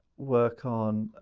worked on,